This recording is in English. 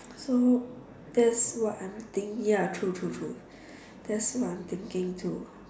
so that's what I'm think ya true true true that's what I'm thinking too